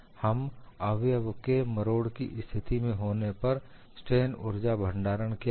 हम अवयव के मरोड की स्थिति में होने पर स्ट्रेन ऊर्जा भंडारण क्या है